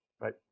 Right